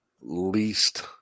least